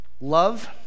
love